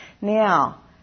Now